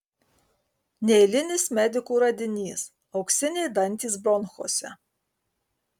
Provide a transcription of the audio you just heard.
neeilinis medikų radinys auksiniai dantys bronchuose